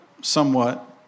somewhat